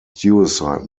suicide